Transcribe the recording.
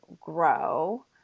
grow